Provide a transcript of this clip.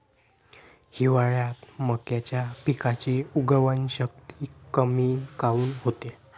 हिवाळ्यात मक्याच्या पिकाची उगवन शक्ती कमी काऊन होते?